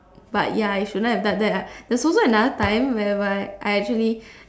but ya I should not have done that lah there is also another time whereby I actually